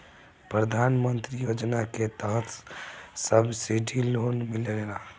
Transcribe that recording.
प्रधान मंत्री योजना के तहत सब्सिडी लोन मिलेला